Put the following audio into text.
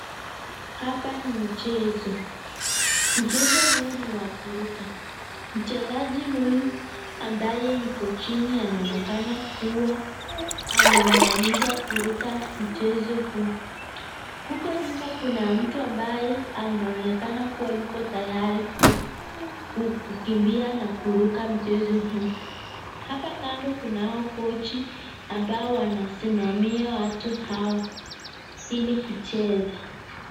Hapa ni michezo. Mchezo huu ni wa kuruka. Mchezaji huyu ambaye yuko chini anaonekana kuwa amemaliza kuruka mchezu huu. Huko nyuma kuna mtu ambaye anaonekana kuwa yuko tayari kukimbia na kuruka mchezo hii. Hapa kando kunao kochi ambao wanasimamia watu hawa ili kucheza.